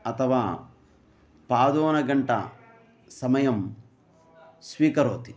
अथवा पादोनघण्टा समयं स्वीकरोति